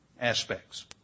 aspects